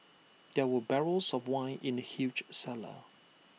there were barrels of wine in the huge cellar